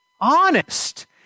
Honest